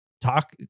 talk